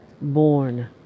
born